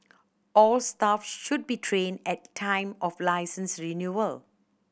all staff should be trained at time of licence renewal